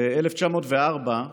ב-1904,